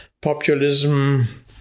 populism